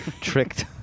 tricked